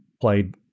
played